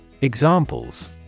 Examples